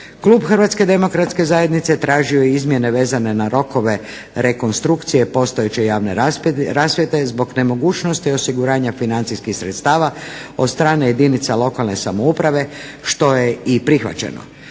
Klub HDZ-a tražio je izmjene vezane na rokove rekonstrukcije postojeće javne rasvjete zbog nemogućnosti osiguranja financijskih sredstava od strane jedinca lokalne samouprave što je i prihvaćeno.